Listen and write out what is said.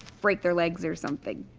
break their legs or something,